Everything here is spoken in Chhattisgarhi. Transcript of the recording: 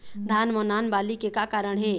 धान म नान बाली के का कारण हे?